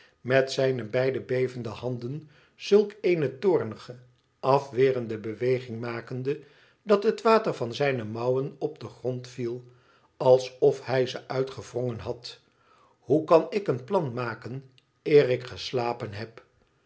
met zijne beide bevende handen zulk eene toornige afwerende beweging makende dat het water van zijne mouwen op den grond viel alsof hij ze uitgewrongen had thoe kan ik een plan maken eer ik geslapen heb